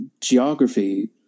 geography